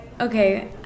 Okay